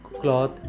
cloth